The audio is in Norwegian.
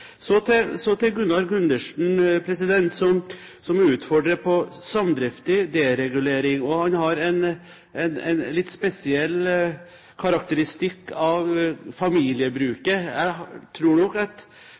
Så til Gunnar Gundersen, som utfordrer på samdrifter og deregulering. Han har en litt spesiell karakteristikk av